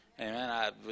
Amen